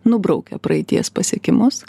nubraukia praeities pasiekimus